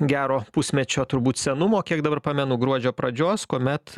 gero pusmečio turbūt senumo kiek dabar pamenu gruodžio pradžios kuomet